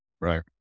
right